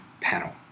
panel